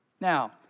Now